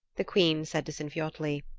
the queen said to sinfiotli,